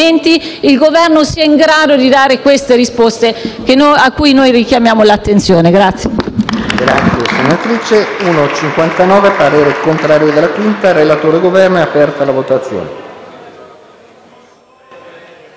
il Governo sia in grado di dare queste risposte, su cui noi richiamiamo l'attenzione.